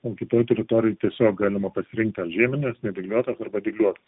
o kitoj teritorijoj tiesiog galima pasirinkti ar žiemines nedygliuotas arba dygliuotas